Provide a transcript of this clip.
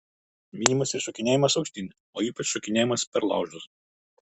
minimas ir šokinėjimas aukštyn o ypač šokinėjimas per laužus